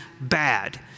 bad